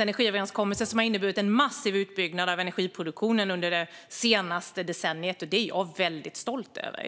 energiöverenskommelse i Alliansen som har inneburit en massiv utbyggnad av energiproduktionen det senaste decenniet. Det är jag väldigt stolt över.